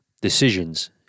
decisions